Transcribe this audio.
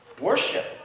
worship